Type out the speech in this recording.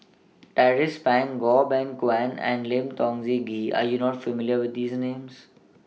Tracie Pang Goh Beng Kwan and Lim Tiong Z Ghee Are YOU not familiar with These Names